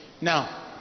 Now